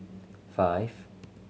five